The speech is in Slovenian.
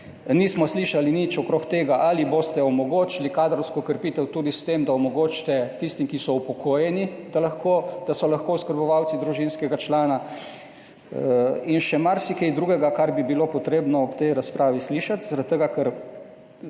Nismo slišali nič okrog tega, ali boste omogočili kadrovsko krepitev tudi s tem, da omogočite tistim, ki so upokojeni, da so lahko oskrbovalci družinskega člana in še marsikaj drugega, kar bi bilo potrebno ob tej razpravi slišati.